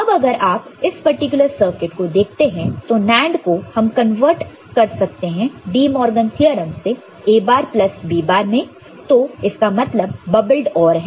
अब अगर आप इस पर्टिकुलर सर्किट को देखते हैं तो NAND को हम कन्वर्ट कर सकते हैं डिमॉर्गन थ्योरम से A bar plus B bar में तो इसका मतलब बबल्ड OR है